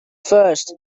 first